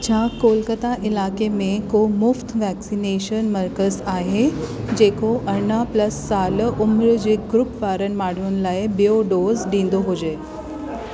छा कोलकाता इलाइके में को मुफ़्त वैक्सनेशन मर्कज़ आहे जेको अरिड़हं प्लस साल उमिरि जे ग्रूप वारनि माण्हुनि लाइ बि॒यो डोज़ ॾींदो हुजे